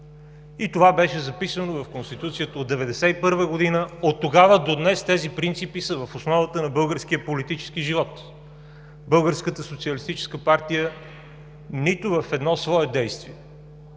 И това беше записано в Конституцията от 1991 г. – оттогава до днес тези принципи са в основата на българския политически живот. Българската социалистическа партия нито в едно свое действие,